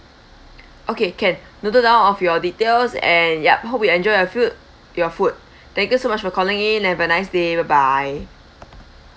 okay can noted down all of your details and yup hope you enjoy your food your food thank you so much for calling in have a nice day bye bye